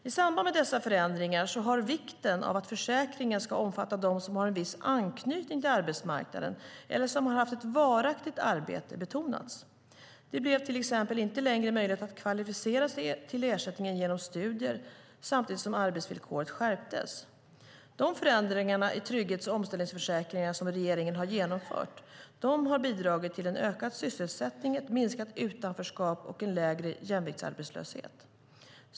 I samband med dessa förändringar har vikten av att försäkringen ska omfatta dem som har en viss anknytning till arbetsmarknaden eller som har haft ett varaktigt arbete betonats. Det blev till exempel inte längre möjligt att kvalificera sig till ersättning genom studier, samtidigt som arbetsvillkoret skärptes. De förändringarna i trygghets och omställningsförsäkringarna som regeringen har genomfört har bidragit till ökad sysselsättning, minskat utanförskap och lägre jämviktsarbetslöshet.